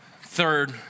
Third